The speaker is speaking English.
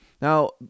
Now